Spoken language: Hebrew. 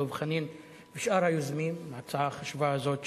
דב חנין ושאר היוזמים על ההצעה החשובה הזאת,